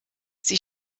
sie